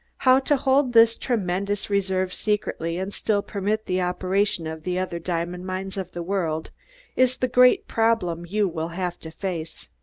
how to hold this tremendous reserve secretly and still permit the operation of the other diamond mines of the world is the great problem you will have to face.